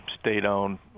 state-owned